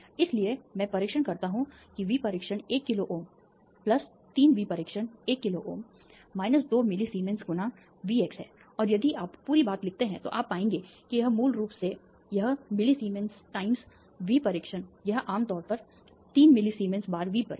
इसलिए मैं परीक्षण करता हूं कि वी परीक्षण 1 किलोΩ 3 वी परीक्षण 1 किलोΩ 2 मिली सीमेंस गुना वीएक्स है और यदि आप पूरी बात लिखते हैं तो आप पाएंगे कि यह मूल रूप से यह मिली सीमेंस टाइम्स वी परीक्षण यह आमतौर पर 3 मिली सीमेंस बार वी परीक्षण